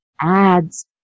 ads